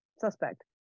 suspect